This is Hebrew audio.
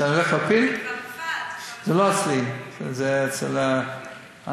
זה כבר נפל, זה לא אצלי, זה אצל אלקין.